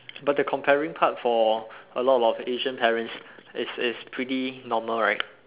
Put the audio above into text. but the comparing part for a lot of Asian parents is is pretty normal right